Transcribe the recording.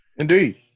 Indeed